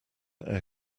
air